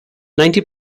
ninety